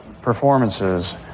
performances